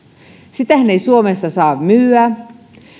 sitähän ei suomessa saa myydä